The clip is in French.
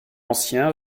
anciens